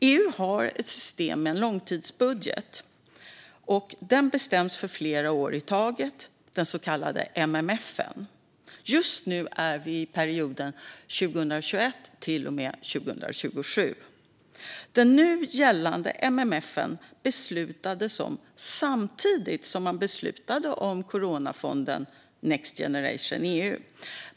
EU har ett system med en långtidsbudget som bestäms för flera år i taget, den så kallade MFF:en. Just nu är vi i perioden 2021 till och med 2027. Den nu gällande MFF:en beslutades det om samtidigt som man beslutade om coronafonden, Next Generation EU.